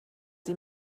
sie